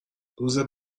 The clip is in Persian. روز